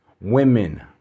women